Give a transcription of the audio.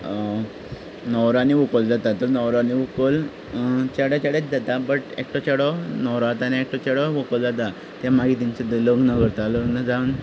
न्हवरो आनी व्हकल जातात तर न्हवरो आनी व्हंकल चेडे चेडेच जाता बट एकटो चेडो न्हवरो जाता आनी एकटो चेडो व्हकल जाता ते मागीर तेंचे लग्न करता लग्न जावन